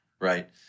right